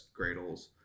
Gradles